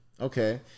Okay